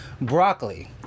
Broccoli